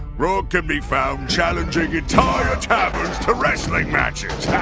grog can be found challenging entire taverns to wrestling matches!